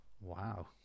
Wow